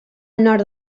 nord